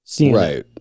Right